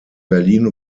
berlin